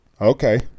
Okay